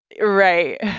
right